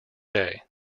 day